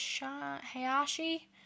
Hayashi